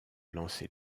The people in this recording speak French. lancer